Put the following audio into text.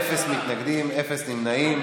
אין מתנגדים, אין נמנעים.